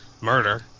murder